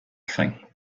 fin